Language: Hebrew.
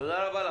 תודה רבה.